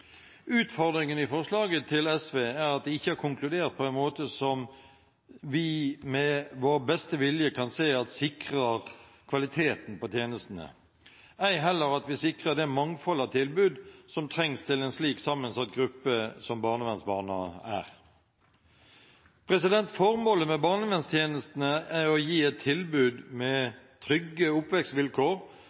Utfordringene i forslaget til SV er at de har konkludert på en måte som vi med vår beste vilje ikke kan se at sikrer kvaliteten på tjenestene, ei heller at vi sikrer det mangfold av tilbud som trengs til en slik sammensatt gruppe som barnevernsbarna er. Formålet med barnevernstjenestene er å gi et tilbud for trygge